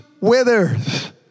withers